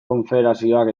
konfederazioak